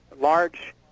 large